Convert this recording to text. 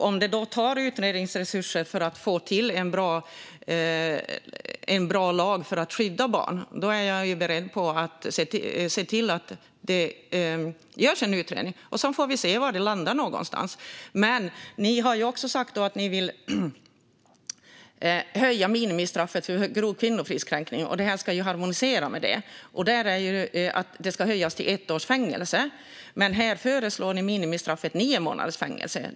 Om det krävs utredningsresurser för att få till en bra lag för att skydda barn är jag beredd att se till att det görs en utredning. Sedan får vi se var det hela landar. Ni har också sagt att ni vill höja minimistraffet för grov kvinnofridskränkning, och detta ska ju harmoniera med det. Det ska höjas till ett års fängelse, men här föreslår ni minimistraffet nio månaders fängelse.